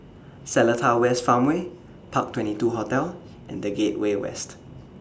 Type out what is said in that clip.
Seletar West Farmway Park twenty two Hotel and The Gateway West